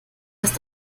ist